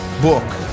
book